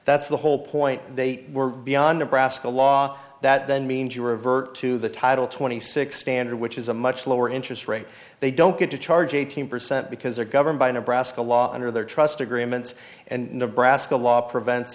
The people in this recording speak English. that's the whole point they were beyond the brassica law that then means you are avert to the title twenty six standard which is a much lower interest rate they don't get to charge eighteen percent because they're governed by a nebraska law under their trust agreements and nebraska law prevent